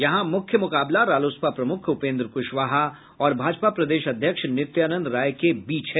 यहां मुख्य मुकाबला रालोसपा प्रमुख उपेन्द्र कुशवाहा और भाजपा प्रदेश अध्यक्ष नित्यानंद राय के बची है